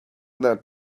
that